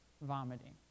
vomiting